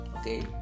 okay